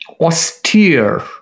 austere